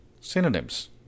Synonyms